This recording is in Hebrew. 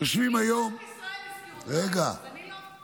נגיד בנק ישראל הזכיר אותך היום, אז אני לא?